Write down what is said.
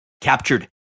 captured